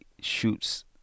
shoots